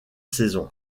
saison